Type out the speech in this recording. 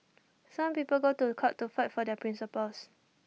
some people go to court to fight for their principles